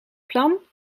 plan